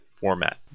format